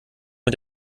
mit